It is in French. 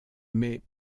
mais